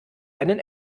einen